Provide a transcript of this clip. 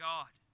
God